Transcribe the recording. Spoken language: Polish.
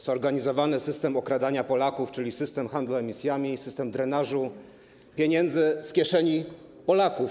Zorganizowany system okradania Polaków, czyli system handlu emisjami, system drenażu pieniędzy z kieszeni Polaków.